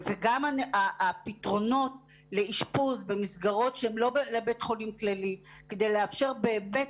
וגם הפתרונות לאשפוז במסגרות שהם לא בבית חולים כללי כדי לאפשר באמת